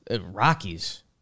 Rockies